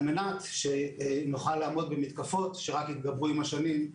על מנת שנוכל לעמוד במתקפות, שרק יתגברו עם השנים.